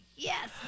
Yes